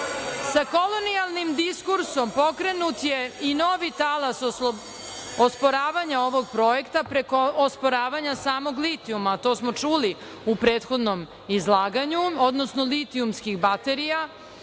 kolonijalnim diskursom pokrenut je i novi talas osporavanja ovog projekta preko osporavanja samog litijuma, to smo čuli u prethodnom izlaganju, odnosno litijumskih baterija,